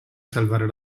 salvare